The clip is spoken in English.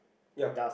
ya